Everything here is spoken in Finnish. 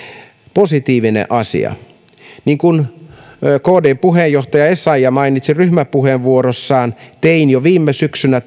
positiivinen asia niin kuin kdn puheenjohtaja essayah mainitsi ryhmäpuheenvuorossaan tein jo viime syksynä